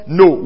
no